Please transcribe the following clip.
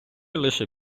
лише